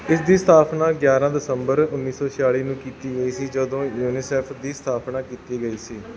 ਇਸ ਦੀ ਸਥਾਪਨਾ ਗਿਆਰਾਂ ਦਸੰਬਰ ਉੱਨੀ ਸੌ ਛਿਆਲੀ ਨੂੰ ਕੀਤੀ ਗਈ ਸੀ ਜਦੋਂ ਯੂਨੀਸੈਫ ਦੀ ਸਥਾਪਨਾ ਕੀਤੀ ਗਈ ਸੀ